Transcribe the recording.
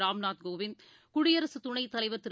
ராம்நாத் கோவிந்த்குடியரசுத் துணைத் தலைவர் திரு